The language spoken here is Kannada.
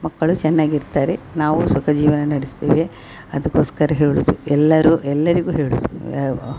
ಮಕ್ಕಳು ಚೆನ್ನಾಗಿ ಇರ್ತಾರೆ ನಾವು ಸುಖ ಜೀವನ ನಡಿಸ್ತೇವೆ ಅದ್ಕೊಸ್ಕರ ಹೇಳುದು ಎಲ್ಲರೂ ಎಲ್ಲರಿಗೂ ಹೇಳುದು ವ